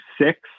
six